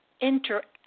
interact